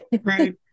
right